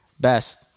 Best